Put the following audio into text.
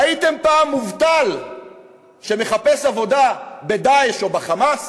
ראיתם פעם מובטל שמחפש עבודה ב"דאעש" או ב"חמאס"?